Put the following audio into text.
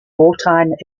wartime